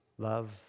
Love